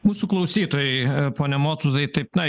mūsų klausytojai pone motuzai taip na